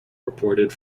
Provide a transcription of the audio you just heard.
reported